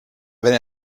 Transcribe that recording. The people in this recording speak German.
wenn